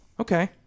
Okay